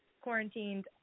quarantined